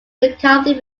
mccarthy